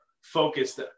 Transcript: focused